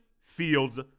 Fields